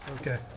okay